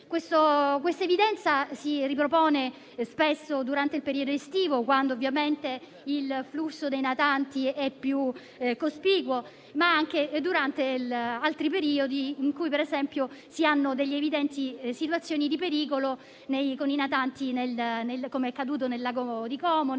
Questa evidenza si ripropone spesso durante il periodo estivo, quando ovviamente il flusso dei natanti è più cospicuo, ma anche in altri periodi in cui, per esempio, si hanno evidenti situazioni di pericolo per i natanti, come è accaduto nel Lago di Como, nel